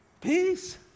peace